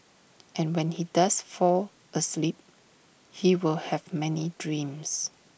and when he does fall asleep he will have many dreams